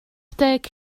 deg